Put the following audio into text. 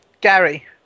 Gary